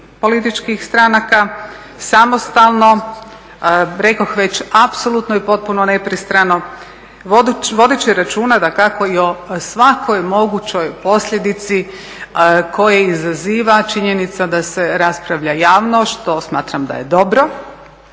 političkih stranaka, samostalno, rekoh već apsolutno i potpuno nepristrano, vodeći računa dakako i o svakoj mogućoj posljedici koju izaziva činjenica da se raspravlja javno što smatram da je dobro,